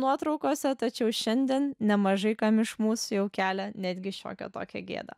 nuotraukose tačiau šiandien nemažai kam iš mūsų jau kelia netgi šiokią tokią gėdą